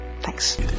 Thanks